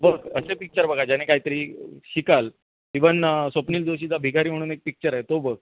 बघ असे पिक्चर बघा ज्याने काहीतरी शिकाल इवन स्वप्नील जोशीचा भिकारी म्हणून एक पिक्चर आहे तो बघ